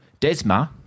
Desma